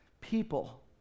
people